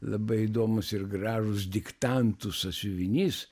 labai įdomūs ir gražūs diktantų sąsiuvinys